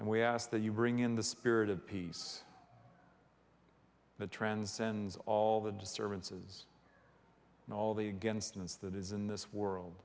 and we ask that you bring in the spirit of peace the transcends all the disturbances and all the against its that is in this world